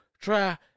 try